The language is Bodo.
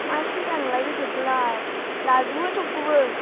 मा सिन्था नोंलाय बेदरखौलाय लाजोबगोन सबखौबो